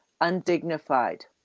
undignified